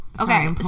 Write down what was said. Okay